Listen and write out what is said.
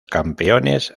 campeones